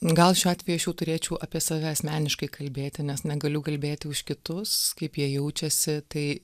gal šiuo atveju aš jau turėčiau apie save asmeniškai kalbėti nes negaliu kalbėti už kitus kaip jie jaučiasi tai